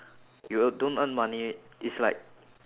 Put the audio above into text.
you e~ don't earn money it's like